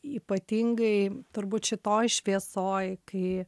ypatingai turbūt šitoj šviesoj kai